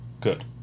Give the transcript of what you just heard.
Good